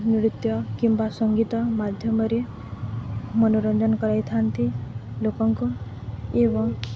ନୃତ୍ୟ କିମ୍ବା ସଙ୍ଗୀତ ମାଧ୍ୟମରେ ମନୋରଞ୍ଜନ କରାଇଥାନ୍ତି ଲୋକଙ୍କୁ ଏବଂ